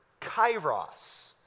kairos